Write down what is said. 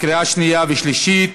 בקריאה שנייה ושלישית,